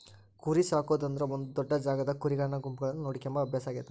ಕುರಿಸಾಕೊದು ಅಂದ್ರ ಒಂದು ದೊಡ್ಡ ಜಾಗದಾಗ ಕುರಿಗಳ ಗುಂಪುಗಳನ್ನ ನೋಡಿಕೊಂಬ ಅಭ್ಯಾಸ ಆಗೆತೆ